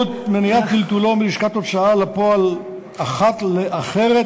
מניעת טלטולו מלשכת הוצאה לפועל אחת לאחרת,